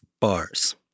bars